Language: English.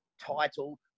title